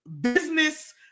business